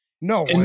No